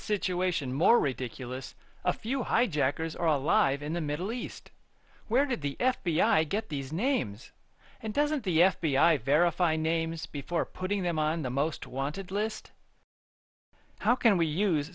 situation more ridiculous a few hijackers are alive in the middle east where did the f b i get these names and doesn't the f b i verify names before putting them on the most wanted list how can we use